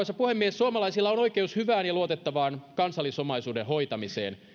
suomalaisilla on oikeus hyvään ja luotettavaan kansallisomaisuuden hoitamiseen